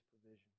provision